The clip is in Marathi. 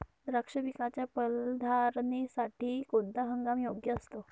द्राक्ष पिकाच्या फलधारणेसाठी कोणता हंगाम योग्य असतो?